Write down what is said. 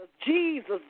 Jesus